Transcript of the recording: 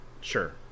Sure